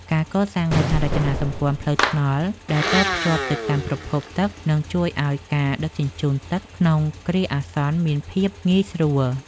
ការកសាងហេដ្ឋារចនាសម្ព័ន្ធផ្លូវថ្នល់ដែលតភ្ជាប់ទៅកាន់ប្រភពទឹកនឹងជួយឱ្យការដឹកជញ្ជូនទឹកក្នុងគ្រាអាសន្នមានភាពងាយស្រួល។